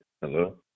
Hello